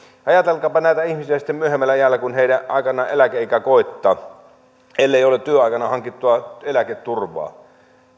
ajatelkaapa näitä ihmisiä sitten myöhemmällä iällä kun aikanaan heidän eläkeikänsä koittaa ellei ole työaikana hankittua eläketurvaa